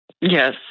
Yes